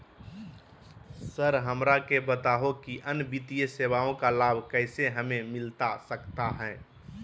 Sir हमरा के बताओ कि अन्य वित्तीय सेवाओं का लाभ कैसे हमें मिलता सकता है?